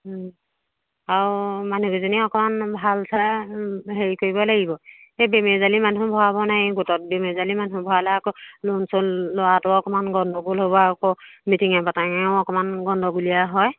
আৰু মানুহ কেইজনীয়ে অকমান ভাল চাই হেৰি কৰিব লাগিব সেই বেমেজালি মানুহ ভৰাব নাই গোটত বেমেজালী মানুহ ভৰালে আকৌ ল'ন চ'ন লোৱাটো অকমান গণ্ডগোল হ'ব আকৌ মিটিঙে মাটাঙেও অকমান গণ্ডগোলীয়া হয়